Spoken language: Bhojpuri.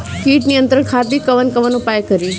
कीट नियंत्रण खातिर कवन कवन उपाय करी?